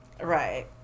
Right